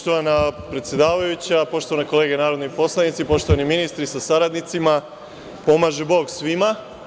Poštovana predsedavajuća, poštovane kolege narodni poslanici, poštovani ministri sa saradnicima, pomaže Bog svima.